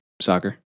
soccer